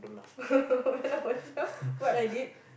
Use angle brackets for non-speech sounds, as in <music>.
<laughs> not myself what I did